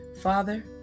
Father